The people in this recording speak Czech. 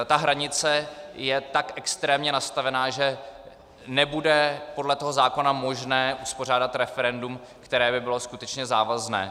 Ta hranice je tak extrémně nastavená, že podle toho zákona nebude možné uspořádat referendum, které by bylo skutečně závazné.